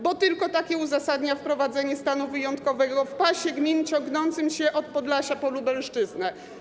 Bo tylko takie uzasadnia wprowadzenie stanu wyjątkowego w pasie gmin ciągnącym się od Podlasia po Lubelszczyznę.